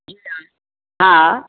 ठीक आहे हा